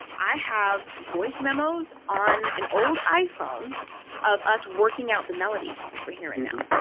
i have voice memos on an old iphone of us working out the melody for hear and now.